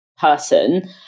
person